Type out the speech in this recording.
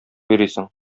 йөрисең